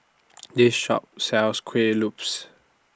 This Shop sells Kuih Lopes